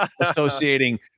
associating